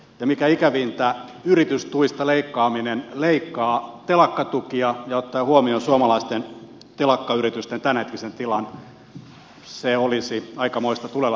ja mikä ikävintä yritystuista leikkaaminen leikkaa telakkatukia ja ottaen huomioon suomalaisten telakkayritysten tämänhetkisen tilan se olisi aikamoista tulella leikkimistä